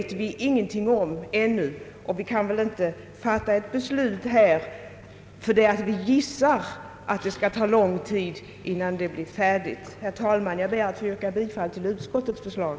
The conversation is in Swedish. Det vet vi emellertid inte någonting om ännu, och vi kan väl inte fatta beslut här i kammaren på grund av en gissning om att utredningsresultatet kommer att dröja. Herr talman! Jag ber att få yrka bifall till utskottets förslag.